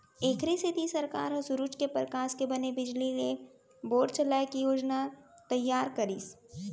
एखरे सेती सरकार ह सूरूज के परकास के बने बिजली ले बोर चलाए के योजना तइयार करिस